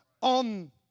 on